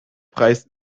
preis